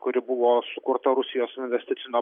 kuri buvo sukurta rusijos investicinio